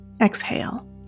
Exhale